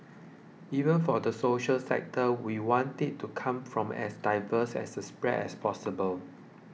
even for the social sector we want it to come from as diverse as a spread as possible